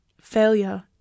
Failure